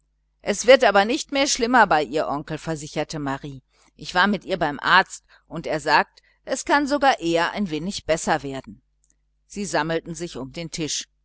es wird aber nicht mehr schlimmer bei ihr onkel versicherte marie ich war mit ihr beim arzt er sagt es kann sogar eher ein wenig besser werden sie sammelten sich um den tisch